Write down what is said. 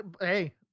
hey